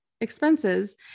expenses